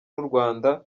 urwanda